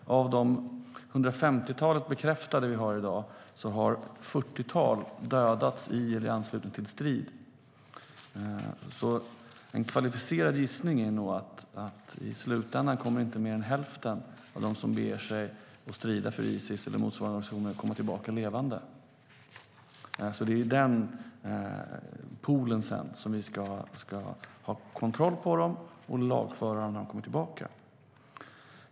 Av de ca 150 bekräftade som vi har i dag har ett fyrtiotal dödats i eller i anslutning till strid. En kvalificerad gissning är nog att i slutändan kommer inte mer än hälften av de som ger sig i väg för att strida för Isis eller motsvarande att komma tillbaka levande. Det är i den poolen som vi sedan ska ha koll på dem och lagföra dem när de kommer tillbaka.